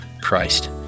Christ